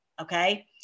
Okay